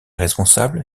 responsable